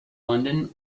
london